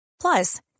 Plus